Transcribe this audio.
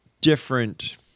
different